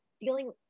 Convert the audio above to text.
dealing